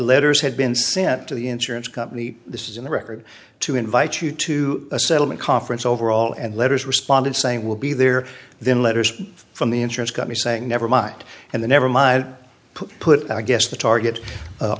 letters had been sent to the insurance company this is in the record to invite you to a settlement conference overall and letters responded saying will be there then letters from the insurance company saying never mind and the never mind put i guess the target